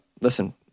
listen